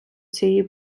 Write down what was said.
цієї